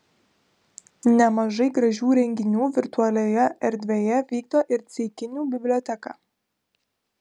nemažai gražių renginių virtualioje erdvėje vykdo ir ceikinių biblioteka